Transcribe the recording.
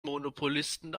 monopolisten